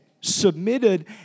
submitted